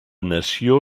nació